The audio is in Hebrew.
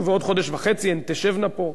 ובעוד חודש וחצי הן תשבנה פה,